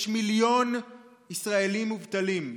יש מיליון ישראלים מובטלים,